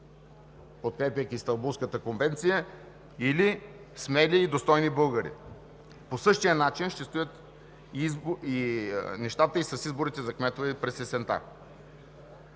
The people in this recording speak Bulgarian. подкрепяйки Истанбулската конвенция, или смели и достойни българи? По същия начин ще стоят нещата и с изборите за кметове през есента.